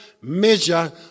measure